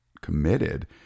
committed